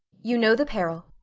you know the peril.